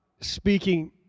speaking